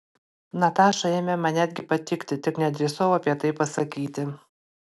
nataša ėmė man netgi patikti tik nedrįsau apie tai pasakyti